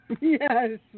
Yes